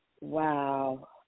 wow